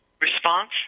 Response